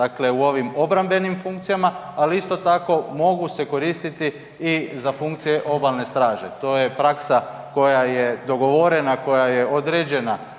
dakle u ovim obrambenim funkcijama, ali isto tako mogu se koristiti i za funkcije obalne straže. To je praksa koja je dogovorena, koja je određena